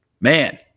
man